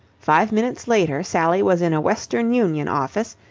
five minutes later, sally was in a western union office,